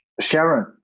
Sharon